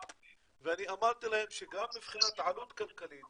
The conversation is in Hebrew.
אני אמרתי להם שגם מבחינת עלות כלכלית,